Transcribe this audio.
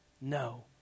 No